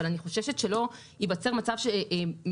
אבל אני חוששת שלא ייווצר מצב שמסרבלים